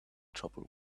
trouble